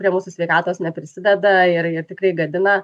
prie mūsų sveikatos neprisideda ir ir tikrai gadina